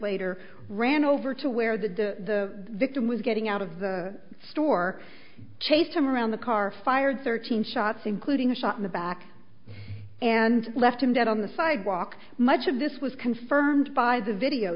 later ran over to where the victim was getting out of the store chased him around the car fired thirteen shots including a shot in the back and left him dead on the sidewalk much of this was confirmed by the